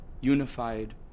unified